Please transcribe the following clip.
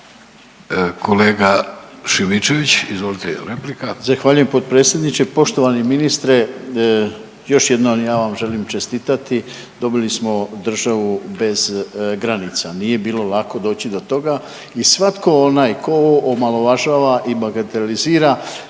**Šimičević, Rade (HDZ)** Zahvaljujem potpredsjedniče. Poštovani ministre još jednom ja vam želim čestitati, dobili smo državu bez granica. Nije bilo lako doći do toga i svatko onaj tko omalovažava i bagatelizira